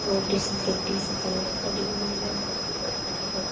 rotis ப்ரிடிஸ் தள்ளுபடி உள்ள பொருட்கள் காட்டவும்